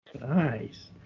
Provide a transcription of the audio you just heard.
Nice